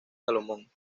salomón